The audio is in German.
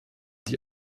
die